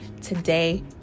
today